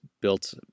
built